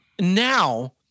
Now